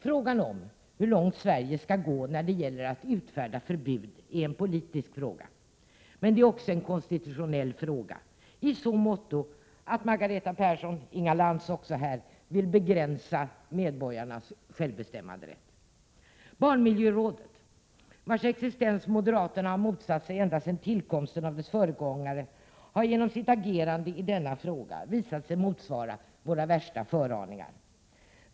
Frågan om hur långt Sverige skall gå när det gäller att utfärda ett förbud är en politisk fråga — men också en konstitutionell fråga i så måtto att Margareta Persson och Inga Lantz vill begränsa medborgarnas självbestämmanderätt. Barnmiljörådet, vars existens moderaterna har motsatt sig ända sedan tillkomsten av dess föregångare, har genom sitt agerande i denna fråga visat sig motsvara våra värsta föraningar.